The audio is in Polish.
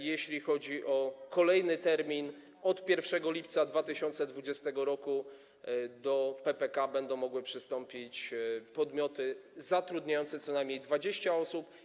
Jeśli chodzi o kolejny termin, od 1 lipca 2020 r. do PPK będą mogły przystąpić podmioty zatrudniające co najmniej 20 osób.